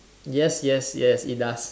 yes yes yes it does